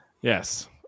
Yes